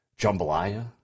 Jambalaya